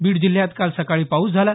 बीड जिल्ह्यात काल सकाळी पाऊस झाला